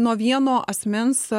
nuo vieno asmens